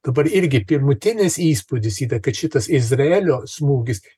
dabar irgi pirmutinis įspūdis į tą kad šitas izraelio smūgis